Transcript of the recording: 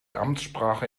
amtssprache